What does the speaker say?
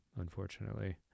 unfortunately